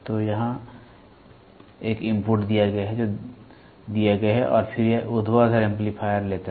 तो यहाँ एक इनपुट दिया गया है जो दिया गया है और फिर यह ऊर्ध्वाधर एम्पलीफायर लेता है